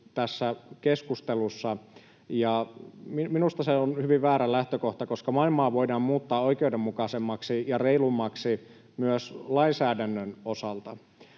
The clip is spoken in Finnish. tässä keskustelussa, ja minusta se on hyvin väärä lähtökohta, koska maailmaa voidaan muuttaa oikeudenmukaisemmaksi ja reilummaksi myös lainsäädännön osalta.